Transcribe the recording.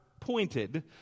pointed